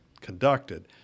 conducted